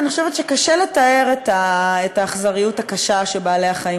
אני חושבת שקשה לתאר את האכזריות הקשה שבעלי-החיים